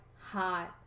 hot